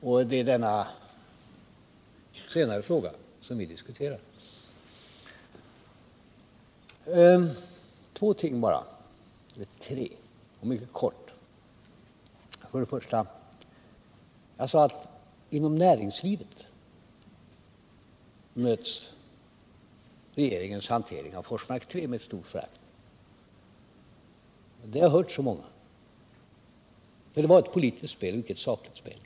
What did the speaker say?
Det är denna senare fråga som vi diskuterar. Två ting bara — eller tre — och mycket kort! För det första: Jag sade att inom näringslivet möts regeringens hantering av Forsmark 3 med stort förakt. Det har jag hört av många. Det var ett politiskt spel och icke ett sakligt spel.